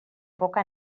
poca